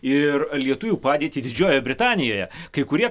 ir lietuvių padėtį didžiojoje britanijoje kai kurie